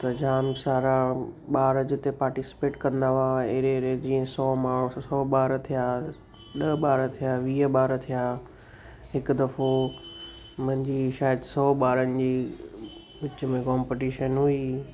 त जाम सारा ॿार जिते पार्टिसिपेट कंदा हुआ अहिड़े अहिड़े जीअं सौ मां सौ ॿार थिया ॾह ॿार थिया वीह ॿार थिया हिकु दफ़ो मुंहिंजी शायदि सौ ॿारनि जी विच में कॉम्पीटिशन हुई